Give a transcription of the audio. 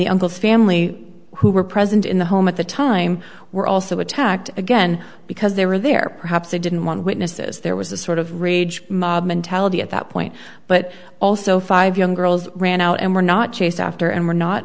the uncle family who were present in the home at the time were also attacked again because they were there perhaps they didn't want witnesses there was a sort of rage mob mentality at that point but also five young girls ran out and were not chased after and were not